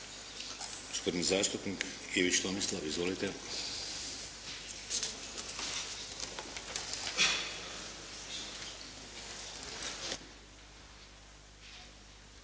poštovani zastupnik Ivić Tomislav. Izvolite.